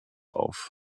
auf